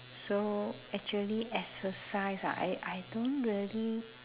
so actually exercise ah I I don't really